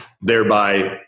thereby